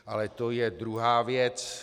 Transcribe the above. Ale to je druhá věc.